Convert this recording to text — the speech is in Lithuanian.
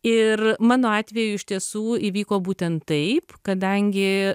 ir mano atveju iš tiesų įvyko būtent taip kadangi